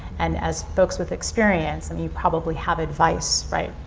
and as folks with experience, and you probably have advice, right,